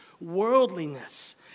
worldliness